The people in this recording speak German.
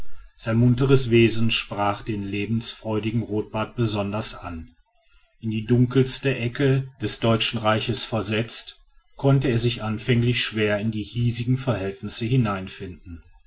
sein munteres wesen sprach den lebensfreudigen rotbart besonders an in die dunkelste ecke des deutschen reiches versetzt konnte er sich anfänglich schwer in die hiesigen verhältnisse